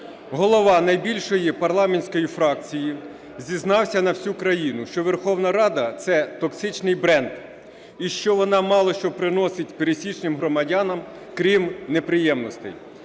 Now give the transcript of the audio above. Голова найбільшої парламентської фракції зізнався на всю країну, що Верховна Рада – це токсичний бренд, і що вона мало що приносить пересічним громадянам, крім неприємностей.